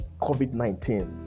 COVID-19